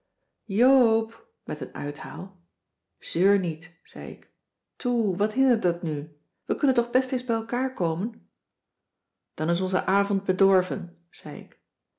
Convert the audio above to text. met een uithaal zeur niet zei ik toe wat hindert dat nu we kunnen toch best eens bij elkaar komen cissy van marxveldt de h b s tijd van joop ter heul dan is onze avond bedorven zei ik